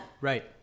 Right